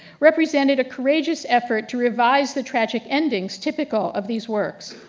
represented a courageous effort to revise the tragic endings typical of these works.